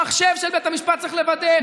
המחשב של בית המשפט צריך לוודא,